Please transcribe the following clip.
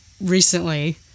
recently